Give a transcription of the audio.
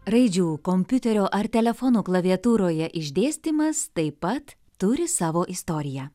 raidžių kompiuterio ar telefono klaviatūroje išdėstymas taip pat turi savo istoriją